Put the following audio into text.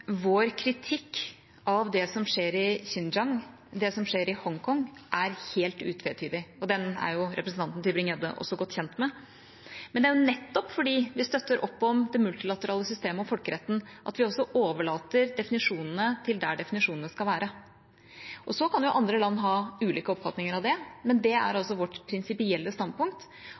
Vår kritikk av det som skjer i Xinjiang, og det som skjer i Hongkong, er helt utvetydig, og den er representanten Tybring-Gjedde også godt kjent med. Det er nettopp fordi vi støtter opp om det multilaterale systemet og folkeretten, at vi også overlater definisjonene til dem som skal lage definisjonene. Andre land har ulike oppfatninger av det, men det er altså vårt prinsipielle standpunkt,